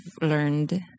learned